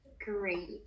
Great